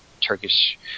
Turkish